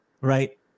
right